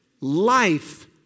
Life